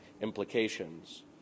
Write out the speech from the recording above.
implications